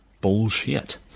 bullshit